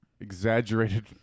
exaggerated